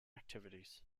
activities